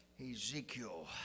Ezekiel